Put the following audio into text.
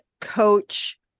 coach